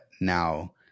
now